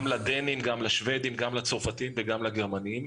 גם לדנים, גם לשבדים, גם לצרפתים וגם לגרמנים.